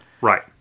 Right